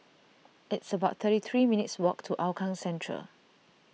it's about thirty three minutes' walk to Hougang Central